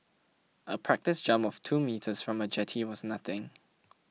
a practice jump of two metres from a jetty was nothing